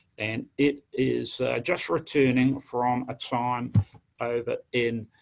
and it is just returning from a time over in